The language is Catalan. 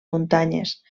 muntanyes